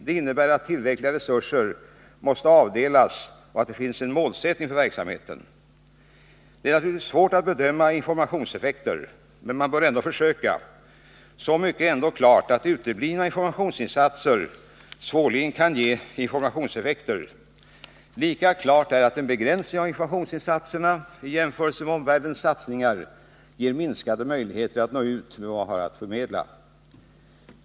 Det innebär att tillräckliga resurser måste avdelas och det bör finnas en målsättning för verksamheten. Det är naturligtvis svårt att bedöma informationseffekter. Men man bör ändå försöka. Så mycket är klart att uteblivna informationsinsatser svårligen kan ge informationseffekter. Lika klart är att en begränsning av informationsinsatserna — i jämförelse med omvärldens satsningar — ger minskade möjligheter att nå ut med vad man har att förmedla.